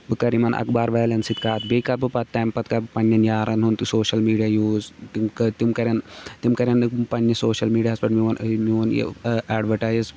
بہٕ کَرٕ یِمَن اخبار والٮ۪ن سۭتۍ کَتھ بیٚیہِ کَرٕ بہٕ پَتہٕ تَمہِ پَتہٕ کَرٕ بہٕ پَننٮ۪ن یارَن ہُنٛد تہِ سوشَل میٖڈیا یوٗز تِم کٔر تِم کَرن تِم کَرن نہٕ پںنس سوشَل میٖڈیاہَس پٮ۪ٹھ میون یہِ میون یہِ اَ اٮ۪ڈوَٹایز